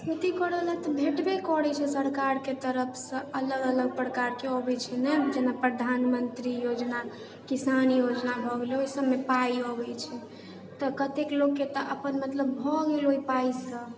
खेती करऽ लए तऽ भेटबे करैत छै सरकारके तरफसँ अलग अलग प्रकारकेँ अबैत छै ने जेना प्रधानमंत्री योजना किसान योजना भए गेल ओहि सबमे पाइ अबैत छै तऽ कतेक लोककेँ तऽ अपन मतलब भए गेल ओहि पाइसँ